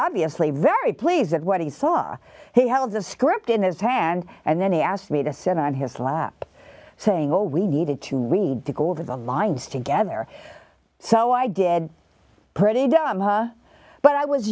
obviously very pleased at what he saw he held the script in his hand and then he asked me to sit on his lap saying all we needed to read to go over the lines together so i did pretty dumb but i was